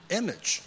image